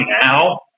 now